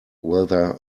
whether